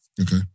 Okay